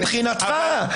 מבחינתך.